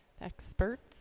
experts